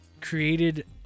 created